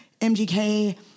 MGK